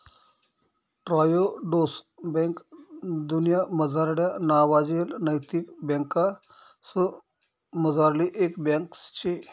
Triodos bank दुन्यामझारल्या नावाजेल नैतिक बँकासमझारली एक बँक शे